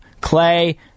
Clay